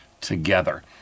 together